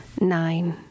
nine